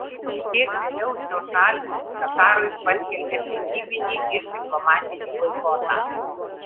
kiek vėliau šios šalys katarui paskelbė prekybinį ir diplomatinį boikotą